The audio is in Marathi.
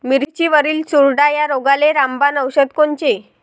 मिरचीवरील चुरडा या रोगाले रामबाण औषध कोनचे?